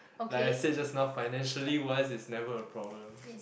like I said just now financially wise it's never a problem